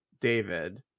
David